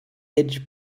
edge